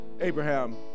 Abraham